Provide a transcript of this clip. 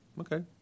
Okay